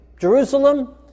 Jerusalem